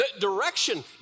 direction